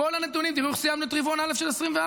תראו איך סיימנו את רבעון א' של 2024,